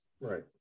Right